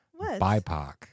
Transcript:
BIPOC